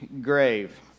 grave